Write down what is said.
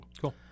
cool